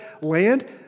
land